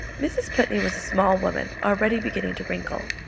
mrs. putney was a small woman, already beginning to wrinkle.